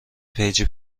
پیجی